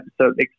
episode